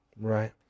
right